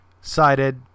cited